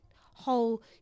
whole